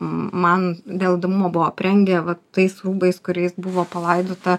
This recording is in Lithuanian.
man dėl įdomumo buvo aprengę va tais rūbais kuriais buvo palaidota